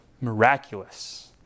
miraculous